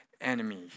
enemy